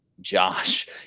josh